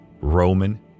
Roman